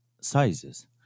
sizes